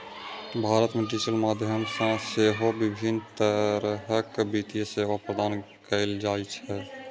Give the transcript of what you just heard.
भारत मे डिजिटल माध्यम सं सेहो विभिन्न तरहक वित्तीय सेवा प्रदान कैल जाइ छै